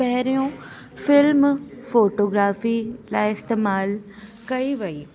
पेहिरियों film photography लाइ इस्तेमालु कई वेई